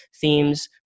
themes